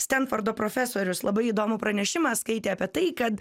stenfordo profesorius labai įdomų pranešimą skaitė apie tai kad